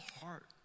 heart